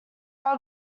are